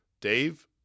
Dave